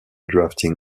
drafting